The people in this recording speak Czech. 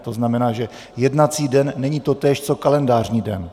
To znamená, že jednací den není totéž co kalendářní den.